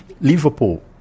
Liverpool